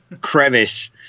crevice